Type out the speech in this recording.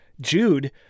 jude